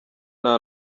nta